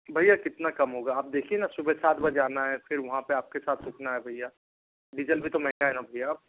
भैया कितना कम होगा आप देखिए ना सुबह सात बजे आना है फिर वहाँ पे आपके साथ रुकना है भैया डीजल भी तो महंगा है ना भैया